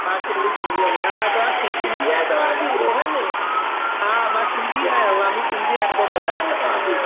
हा सिंधी सिंधीअ में हा तव्हां सिंधी आहियो तव्हां बि रोहन हा मां सिंधी आहियां मां बि सिंधी आहियां बॉम्बे था वञो तव्हां बि